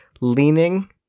leaning